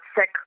sick